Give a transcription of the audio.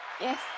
Yes